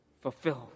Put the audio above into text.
Fulfill